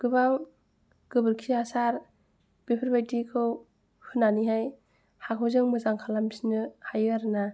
गोबां गोबोरखि हासार बेफोर बायदिखौ होनानैहाय हाखौ जों मोजां खालामफिननो हायो आरो ना